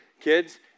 kids